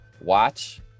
watch